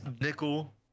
nickel